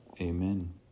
Amen